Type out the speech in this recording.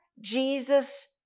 Jesus